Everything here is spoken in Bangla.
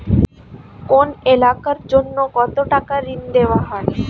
কোন এলাকার জন্য কত টাকা ঋণ দেয়া হয়?